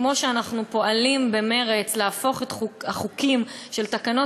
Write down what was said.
כמו שאנחנו פועלים במרץ להפוך את החוקים של תקנות